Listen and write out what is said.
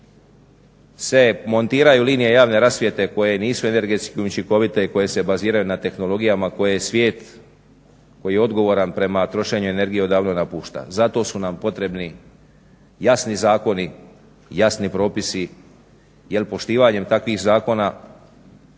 se montiraju linije javne rasvjete koje nisu energetski učinkovite i koje se baziraju na tehnologijama koje svijet koji je odgovoran prema trošenju energije odavno napušta. Zato su nam potrebni jasni zakoni, jasni propisi jer poštivanjem takvih zakona